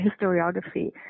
historiography